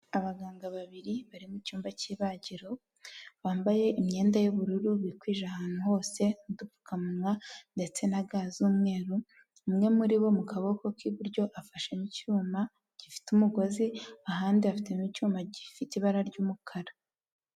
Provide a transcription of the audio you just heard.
Abaganga babiri bari mu cyumba cy'ibagiro, bambaye imyenda y'ubururu bikwije ahantu hose, udupfukamunwa ndetse na ga z'umweru, umwe muri bo mu kaboko k'iburyo afashe icyuma gifite umugozi, ahandi afitemo icyuma gifite ibara ry'umukara.